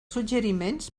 suggeriments